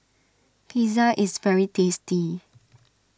Pizza is very tasty